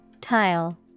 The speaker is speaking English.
Tile